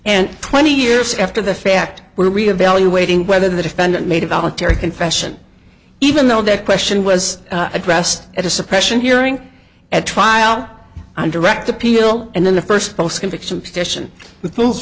and twenty years after the fact we're reevaluating whether the defendant made a voluntary confession even though that question was addressed at a suppression hearing at trial i direct appeal and then the